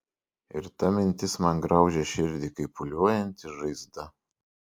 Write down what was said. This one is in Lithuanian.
ir ta mintis man graužia širdį kaip pūliuojanti žaizda